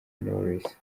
knowless